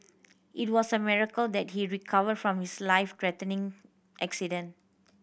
it was a miracle that he recovered from his life threatening accident